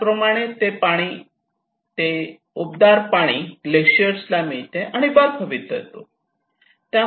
त्याचप्रमाणें ते उबदार पाणी ग्लेशिअर्स ना मिळते आणि बर्फ वितळतो